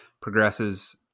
progresses